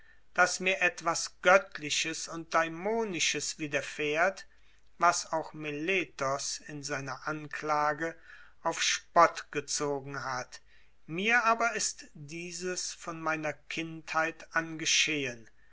daß mir etwas göttliches und daimonisches widerfährt was auch meletos in seiner anklage auf spott gezogen hat mir aber ist dieses von meiner kindheit an geschehen